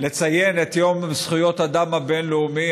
לציין את יום זכויות האדם הבין-לאומי,